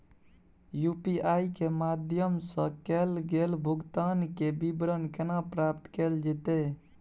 UPI के माध्यम सं कैल गेल भुगतान, के विवरण केना प्राप्त कैल जेतै?